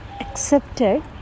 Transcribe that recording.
accepted